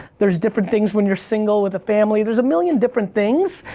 there's different things when you're single with a family, there's a million different things.